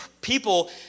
people